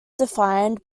defined